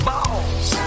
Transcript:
Balls